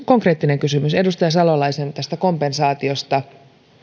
konkreettinen kysymys edustaja salolaiselta tästä kompensaatiosta